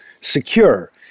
secure